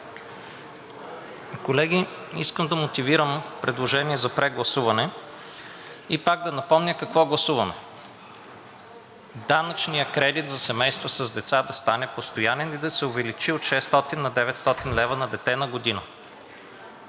Колеги, искам да мотивирам предложение за прегласуване. Пак да напомня какво гласуваме – данъчният кредит за семейства с деца да стане постоянен и да се увеличи от 600 на 900 лв. на дете на година.